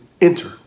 enter